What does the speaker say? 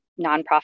nonprofit